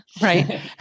right